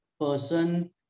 person